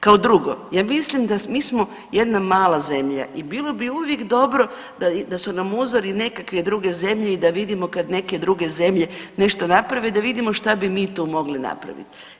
Kao drugo ja mislim, mi smo jedna mala zemlja i bilo bi uvijek dobro da su nam uzori nekakve druge zemlje i da vidimo kad neke druge zemlje nešto naprave da vidimo šta bi mi tu mogli napraviti.